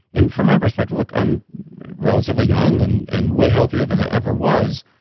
and from my perspective, look, i'm relatively young and and way healthier than i ever was,